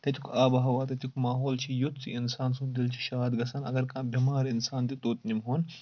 تَتیُک آبہٕ ہاوا تَتیُک ماحول چھُ یُتھ اِنسان سُنٛد دِل چھُ شاد گژھان اگر کانٛہہ بؠمار اِنسان تہِ توٚت نِمہٕ ہو